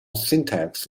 syntax